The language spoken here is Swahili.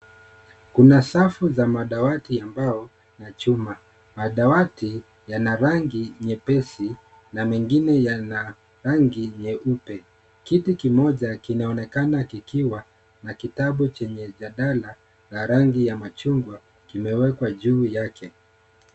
Kuna safu za madawati ambao ni ya chuma madawati yana rangi nyepesi na mengine yana rangi nyeupe kiti kimoja kinaonekana kikiwa na kitabu chenye jadala la rangi ya machungwa kimewekwa juu yake.